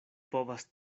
povas